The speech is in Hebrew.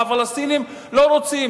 והפלסטינים לא רוצים.